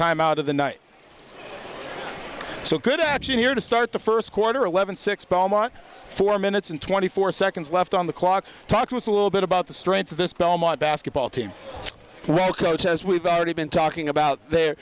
time out of the night so could action here to start the first quarter eleven six belmont four minutes and twenty four seconds left on the clock talk to us a little bit about the strength of this belmont basketball team well coach as we've already been talking about their